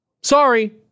Sorry